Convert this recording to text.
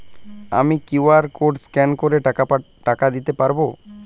আমি QR code scan করে টাকা দিতে পারবো?